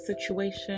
situation